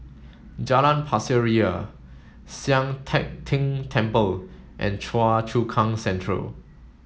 Jalan Pasir Ria Sian Teck Tng Temple and Choa Chu Kang Central